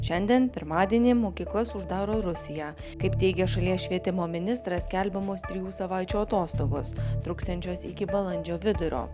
šiandien pirmadienį mokyklas uždaro rusija kaip teigia šalies švietimo ministras skelbiamos trijų savaičių atostogos truksiančios iki balandžio vidurio